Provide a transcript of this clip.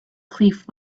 cliff